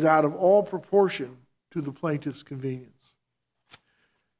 is out of all proportion to the plaintiff's convenience